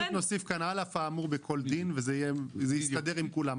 נוסיף כאן: "על אף האמור בכל דין" וזה יסתדר עם כולם.